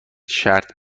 شرط